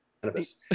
cannabis